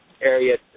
area